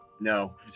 no